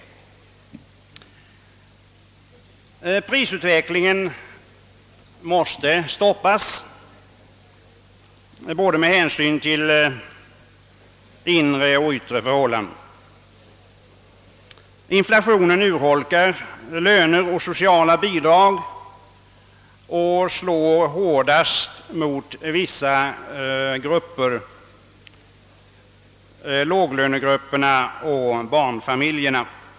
Prisutvecklingen måste stoppas med hänsyn både till inre och yttre förhållanden. Inflationen urholkar löner och sociala bidrag och drabbar hårdast vissa grupper, låglönegrupperna och barnfamiljerna.